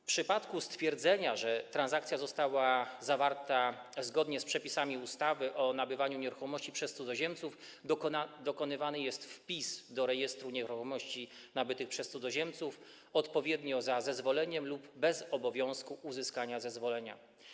W przypadku stwierdzenia, że transakcja została zawarta zgodnie z przepisami ustawy o nabywaniu nieruchomości przez cudzoziemców, dokonywany jest wpis do rejestru nieruchomości nabytych przez cudzoziemców odpowiednio za zezwoleniem lub bez obowiązku uzyskania zezwolenia.